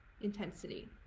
intensity